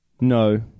No